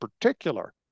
particular